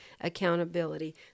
accountability